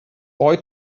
boy